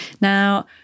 Now